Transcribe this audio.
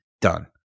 done